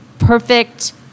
perfect